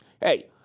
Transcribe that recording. Hey